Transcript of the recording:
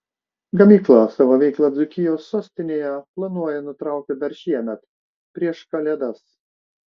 gamykla savo veiklą dzūkijos sostinėje planuoja nutraukti dar šiemet prieš kalėdas